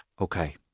Okay